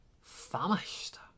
famished